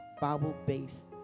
Bible-based